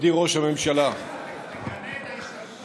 מכובדי ראש הממשלה, תמנה את ההסתדרות,